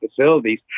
facilities